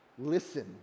listen